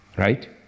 Right